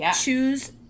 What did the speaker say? choose